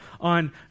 on